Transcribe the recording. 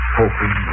hoping